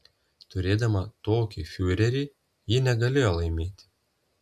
turėdama tokį fiurerį ji negalėjo laimėti